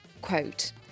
quote